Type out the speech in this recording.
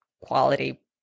quality